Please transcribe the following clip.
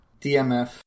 DMF